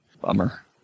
Bummer